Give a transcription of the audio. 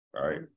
right